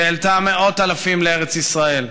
שהעלתה מאות אלפים לארץ ישראל.